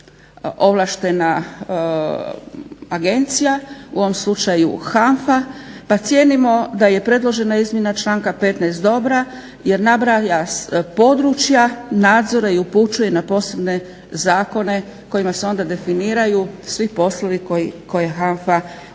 ovlaštena agencija, u ovom slučaju HANFA pa ocjenjujemo da je predložena izmjena članka 15. dobra jer nabraja područja nadzora i upućuje na posebne zakone kojima se onda definiraju svi poslovi koje HANFA